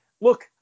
look